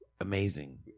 amazing